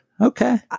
Okay